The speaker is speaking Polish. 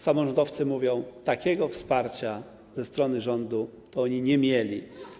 Samorządowcy mówią: takiego wsparcia ze strony rządu to oni nie mieli.